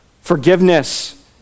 forgiveness